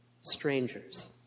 Strangers